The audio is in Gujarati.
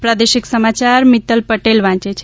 પ્રાદેશિક સમાયાર મિત્તલ પટેલ વાંચે છે